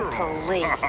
holli